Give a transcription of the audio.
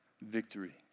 victory